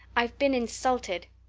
i've been insulted.